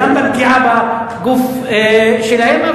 גם בפגיעה בגוף שלהם.